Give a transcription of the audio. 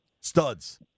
Studs